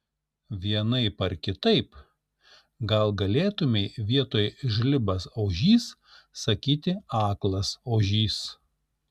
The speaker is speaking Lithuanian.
vienaip ar kitaip gal galėtumei vietoj žlibas ožys sakyti aklas ožys